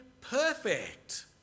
perfect